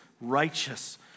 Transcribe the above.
righteous